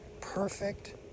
Perfect